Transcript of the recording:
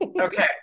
Okay